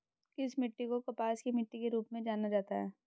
किस मिट्टी को कपास की मिट्टी के रूप में जाना जाता है?